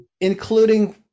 Including